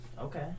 Okay